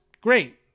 great